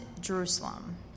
Jerusalem